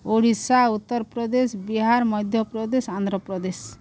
Odisha Uttar Pradesh Bihar Madhya Pradesh Andhra Pradesh